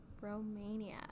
Romania